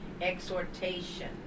exhortation